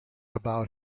about